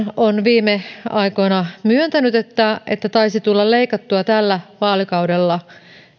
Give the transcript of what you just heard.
on viime aikoina myöntänyt että että taisi tulla leikattua tällä vaalikaudella